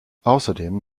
ausserdem